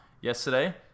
yesterday